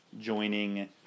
joining